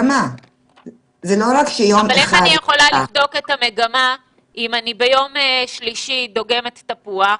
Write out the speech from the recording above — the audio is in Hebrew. אבל איך אני יכולה לבדוק את המגמה אם אני ביום שלישי דוגמת תפוח,